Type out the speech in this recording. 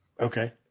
Okay